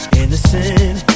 innocent